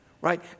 right